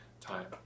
time